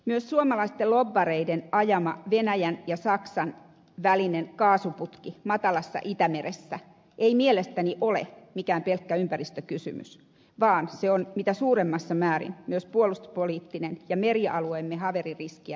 myöskään suomalaisten lobbareiden ajama venäjän ja saksan välinen kaasuputki matalassa itämeressä ei mielestäni ole mikään pelkkä ympäristökysymys vaan se on mitä suurimmassa määrin myös puolustuspoliittinen ja merialueemme haveririskiä lisäävä kysymys